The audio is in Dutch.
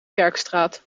kerkstraat